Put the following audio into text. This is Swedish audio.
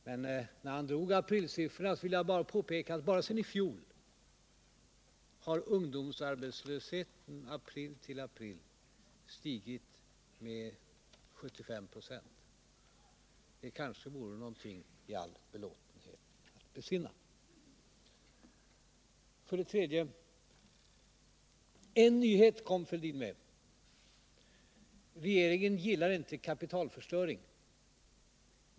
Men med anledning av att han föredrog aprilsiffrorna vill jag påpeka, att ungdomsarbetslösheten sedan april i fjol till april i år har stigit med 75 726. Det kanske vore någonting att besinna i all belåtenhet. För det tredje: en nyhet kom herr Fälldin med, nämligen att regeringen inte gillar kapitalförstöring.